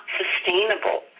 sustainable